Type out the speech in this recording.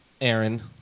Aaron